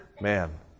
man